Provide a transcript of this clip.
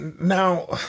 now